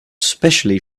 especially